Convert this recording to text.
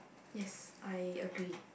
yes I agree